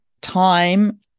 time